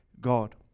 God